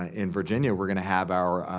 um in virginia we're going to have our